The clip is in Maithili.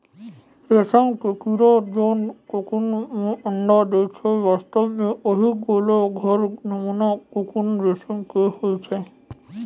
रेशम के कीड़ा जोन ककून मॅ अंडा दै छै वास्तव म वही गोल घर नुमा ककून रेशम के होय छै